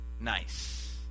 nice